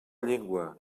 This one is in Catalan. llengua